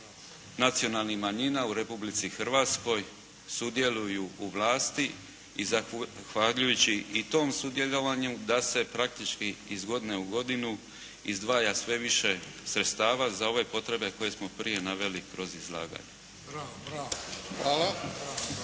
nacionalnih manjina u Republici Hrvatskoj sudjeluju u vlasti i zahvaljujući i tom sudjelovanju da se praktički iz godine u godinu izdvaja sve više sredstava za ove potrebe koje smo prije naveli kroz izlaganja.